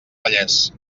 vallès